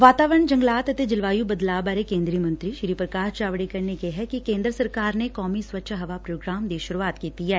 ਵਾਤਾਵਰਨ ਜੰਗਲਾਤ ਅਤੇ ਜਲਵਾਯੂ ਬਦਲਾਅ ਬਾਰੇ ਕੇਂਦਰੀ ਮੰਤਰੀ ਪ੍ਰਕਾਸ਼ ਜਾਵੜੇਕਰ ਨੇ ਕਿਹੈ ਕਿ ਕੇਂਦਰ ਸਰਕਾਰ ਨੇ ਕੌਮੀ ਸਵੱਛ ਹਵਾ ਪ੍ਰੋਗਰਾਮ ਦੀ ਸੂਰੁਆਤ ਕੀਤੀ ਐ